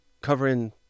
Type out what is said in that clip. covering